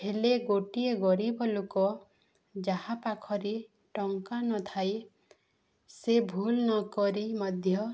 ହେଲେ ଗୋଟିଏ ଗରିବ ଲୋକ ଯାହା ପାଖରେ ଟଙ୍କା ନଥାଏ ସେ ଭୁଲ ନକରି ମଧ୍ୟ